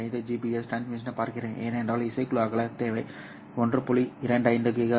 5 Gbps டிரான்ஸ்மிஷனைப் பார்க்கிறேன் என்றால் இசைக்குழு அகலத் தேவை 1